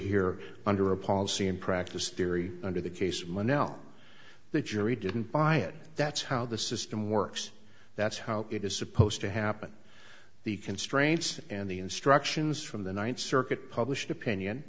hear under a policy and practice theory under the case my now the jury didn't buy it that's how the system works that's how it is supposed to happen the constraints and the instructions from the ninth circuit published opinion